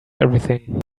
everything